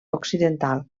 occidental